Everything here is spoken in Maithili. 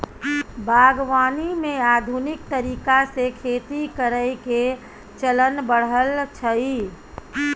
बागवानी मे आधुनिक तरीका से खेती करइ के चलन बढ़ल छइ